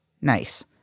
nice